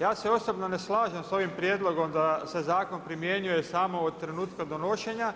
Ja se osobno ne slažem s ovim prijedlogom da se zakon primjenjuje samo od trenutka donošenja